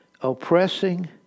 oppressing